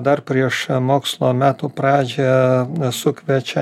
dar prieš mokslo metų pradžią sukviečia